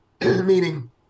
Meaning